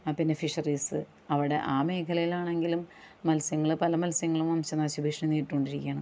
ആ പിന്നെ ഫിഷറീസ് അവിടെ ആ മേഖലയിലാണെങ്കിലും മത്സ്യങ്ങള് പല മത്സ്യങ്ങളും വംശനാശ ഭീഷണി നേരിട്ട് കൊണ്ടിരിക്കുകയാണ്